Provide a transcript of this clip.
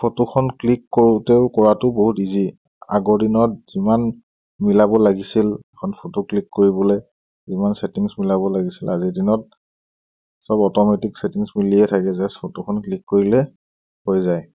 ফটোখন ক্লিক কৰোঁতেও কৰাটো বহুত ইজি আগৰ দিনত যিমান মিলাব লাগিছিল এখন ফটো ক্লিক কৰিবলৈ যিমান ছেটিংছ মিলাব লাগিছিল আজিৰ দিনত চব অট'মেটিক ছেটিংছ মিলিয়ে থাকে জাষ্ট ফটোখন ক্লিক কৰিলে হৈ যায়